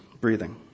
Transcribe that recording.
breathing